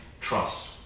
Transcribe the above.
trust